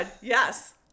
Yes